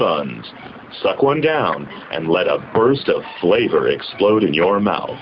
and suck one down and let a burst of flavor explode in your mouth